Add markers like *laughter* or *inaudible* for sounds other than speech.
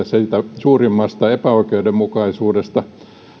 *unintelligible* siitä suurimmasta epäoikeudenmukaisuudesta